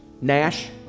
Nash